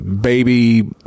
baby